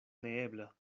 neebla